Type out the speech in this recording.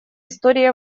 истории